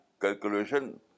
calculation